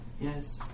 Yes